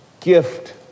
gift